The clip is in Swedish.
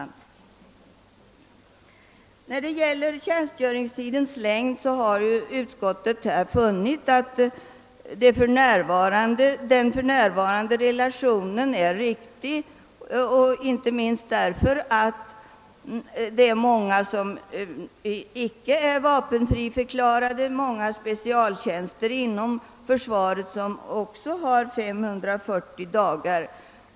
När det gäller tjänstgöringstidens längd har utskottet funnit att den nuvarande relationen är riktig, inte minst därför att många icke vapenfriförklarade på specialtjänster inom försvaret tjänstgör under 540 dagar.